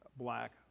black